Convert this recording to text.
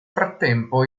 frattempo